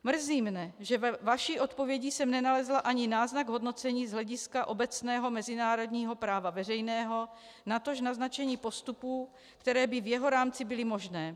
Mrzí mě, že ve vaší odpovědi jsem nenalezla ani náznak hodnocení z hlediska obecného mezinárodního práva veřejného, natož naznačení postupů, které by v jeho rámci byly možné.